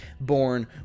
born